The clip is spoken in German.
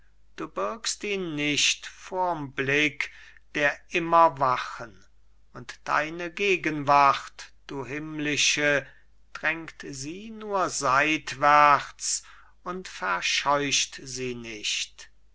du birgst ihn nicht vor'm blick der immerwachen und deine gegenwart du himmlische drängt sie nur seitwärts und verscheucht sie nicht